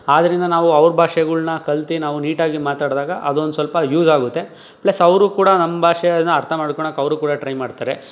ಆದ್ದರಿಂದ ನಾವು ಅವ್ರ ಭಾಷೆಗಳ್ನ ಕಲ್ತು ನಾವು ನೀಟಾಗಿ ಮಾತ್ನಾಡ್ದಾಗ ಅದೊಂದು ಸ್ವಲ್ಪ ಯೂಸಾಗುತ್ತೆ ಪ್ಲಸ್ ಅವರು ಕೂಡ ನಮ್ಮ ಭಾಷೆಗಳನ್ನ ಅರ್ಥ ಮಾಡ್ಕೊಳ್ಳೋಕೆ ಅವರು ಕೂಡ ಟ್ರೈ ಮಾಡ್ತಾರೆ